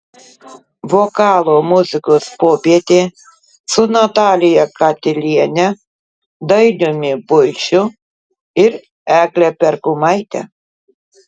vokalo muzikos popietė su natalija katiliene dainiumi puišiu ir egle perkumaite